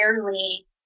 rarely